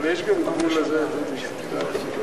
לוועדת החוץ והביטחון נתקבלה.